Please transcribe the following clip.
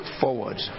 forward